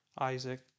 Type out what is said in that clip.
Isaac